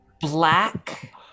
black